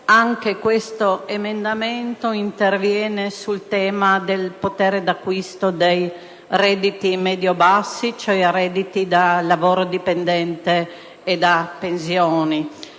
anche l'emendamento 2.25 interviene sul tema del potere d'acquisto dei redditi medio bassi, cioè dei redditi da lavoro dipendente e da pensioni.